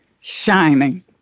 shining